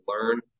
learn